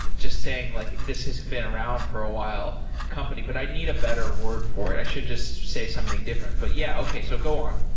just saying like this has been around for a while company, but i need a better word for it. i should just say something different. but, yeah. okay. so go on.